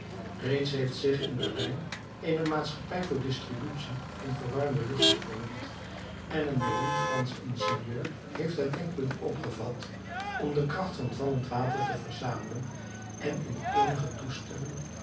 reeds heeft zich in berlijn eene maatschappij voor distributie van verwarmde lucht gevormd en een beroemd fransch ingenieur heeft het denkbeeld opgevat om de kracht van vallend water te verzamelen en in eigene toestellen